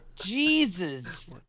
Jesus